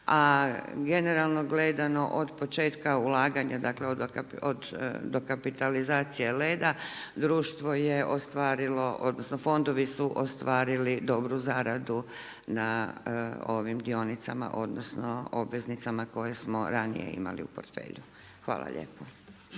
a generalno gledano, od početka ulaganja, dakle od dokapitalizacije Leda društvo je ostvarilo, odnosno fondovi su ostvarili dobru zaradu na ovim dionicama odnosno obveznicama koje smo ranije imali u portfelju. Hvala lijepa.